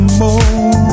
more